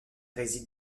réside